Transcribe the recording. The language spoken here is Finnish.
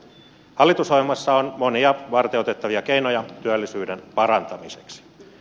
hallitusohjelmassa on monia varteenotettavia keinoja työllisyyden parantamiseksi